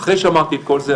אחרי שאמרתי את כל זה,